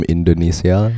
Indonesia